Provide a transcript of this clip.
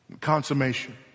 consummation